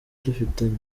dufitanye